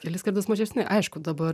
kelis kartus mažesni aišku dabar